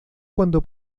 cuando